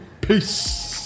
Peace